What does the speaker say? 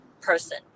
person